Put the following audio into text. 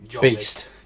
beast